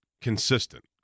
consistent